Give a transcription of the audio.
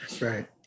Right